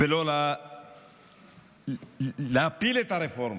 ולא להפיל את הרפורמה,